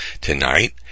Tonight